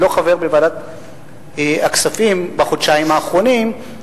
אני לא חבר בוועדת הכספים בחודשיים האחרונים,